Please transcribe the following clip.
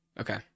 Okay